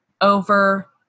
over